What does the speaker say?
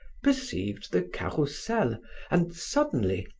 perceived the carrousel and suddenly,